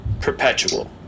perpetual